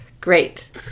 Great